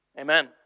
Amen